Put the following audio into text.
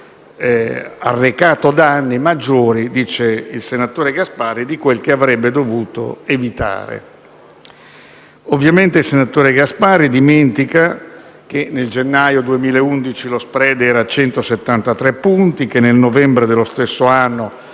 arrecato danni maggiori - dice il senatore Gasparri - di quelli che avrebbe dovuto evitare. Ovviamente, il senatore Gasparri dimentica che nel gennaio 2011 lo *spread* era a 173 punti, che nel novembre dello stesso anno